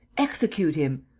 execute him!